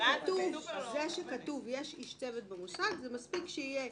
זה שכתוב "שיש איש צוות במוסד" זה מספיק שיהיה